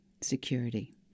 security